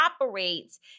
operates